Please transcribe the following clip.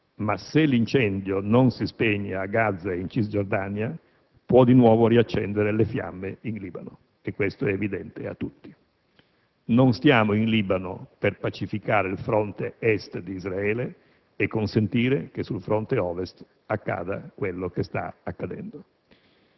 ma se l'incendio non si spegne a Gaza e in Cisgiordania può di nuovo riaccendere le fiamme in Libano; questo è evidente a tutti. Non siamo in Libano per pacificare il fronte est di Israele e per consentire che sul fronte ovest accada quello che sta accadendo.